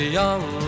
young